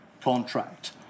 contract